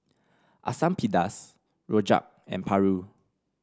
Asam Pedas rojak and paru